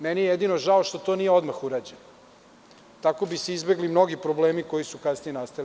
Meni je jedino žao što nije odmah urađeno, tako bi se izbegli mnogi problemi koji su kasnije nastali.